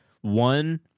One